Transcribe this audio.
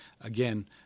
again